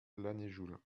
lanuéjouls